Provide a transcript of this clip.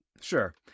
Sure